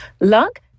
luck